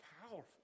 powerful